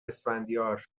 اسفندیار